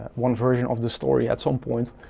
one version of the story at some point.